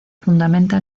fundamenta